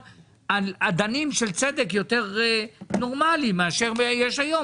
על אדנים של צדק יותר נורמליים מאשר יש היום.